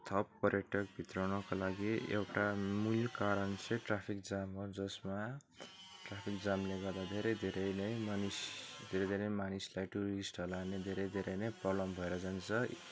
थप पर्यटक भित्राउनका लागि एउटा मूल कारण चाहिँ ट्राफिक जाम हो जसमा ट्राफिक जामले गर्दा धेरै धेरै नै मानिस धेरै धेरै मानिसलाई टुरिस्टहरूलाई धेरै धेरै नै प्रोब्लम भएर जान्छ